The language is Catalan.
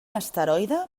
asteroide